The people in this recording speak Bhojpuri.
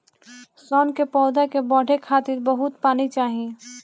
सन के पौधा के बढ़े खातिर बहुत पानी चाही